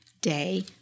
day